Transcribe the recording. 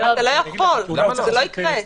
אתה לא יכול, זה לא יקרה.